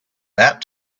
that